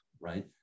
Right